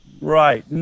Right